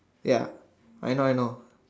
ya I know I know